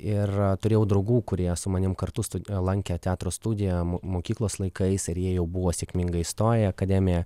ir turėjau draugų kurie su manim kartu stud lankė teatro studiją mokyklos laikais ir jie jau buvo sėkmingai įstoję į akademiją